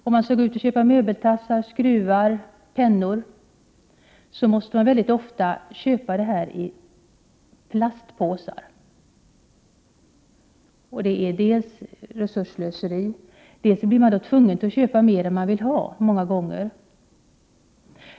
Om man skall köpa möbeltassar, skruvar och pennor måste man mycket ofta köpa dessa i plastpåsar. Detta är dels fråga om resursslöseri, dels blir man många gånger tvungen att köpa mer än vad man vill ha.